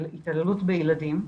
של התעללות בילדים.